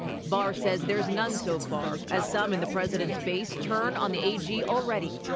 barr says there's none so far, as some in the president's base turn on the a g. already.